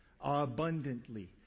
Abundantly